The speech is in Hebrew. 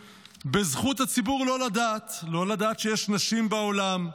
ב"זכות הציבור לא לדעת" לא לדעת שיש נשים בעולם,